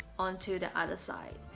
on to the other side